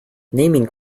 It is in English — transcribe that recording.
naming